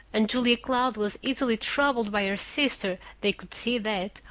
and julia cloud was easily troubled by her sister, they could see that,